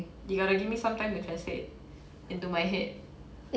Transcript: you gotta give me some time to translate into my head